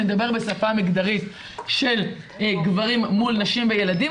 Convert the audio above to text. אני אדבר בשפה מגדרית של גברים מול נשים וילדים,